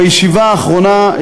בישיבה האחרונה,